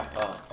ah